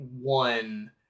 one